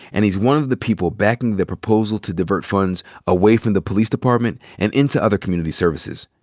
and he's one of the people backing the proposal to divert funds away from the police department and into other community services.